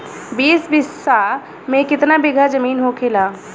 बीस बिस्सा में कितना बिघा जमीन होखेला?